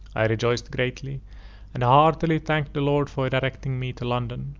i rejoiced greatly and heartily thanked the lord for directing me to london,